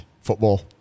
football